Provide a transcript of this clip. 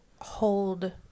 hold